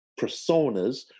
personas